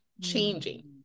changing